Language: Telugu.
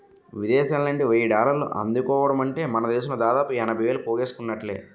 విదేశాలనుండి వెయ్యి డాలర్లు అందుకోవడమంటే మనదేశంలో దాదాపు ఎనభై వేలు పోగేసుకున్నట్టే